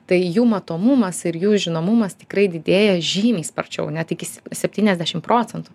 tai jų matomumas ir jų žinomumas tikrai didėja žymiai sparčiau net iki s septyniasdešim procentų